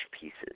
pieces